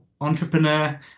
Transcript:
entrepreneur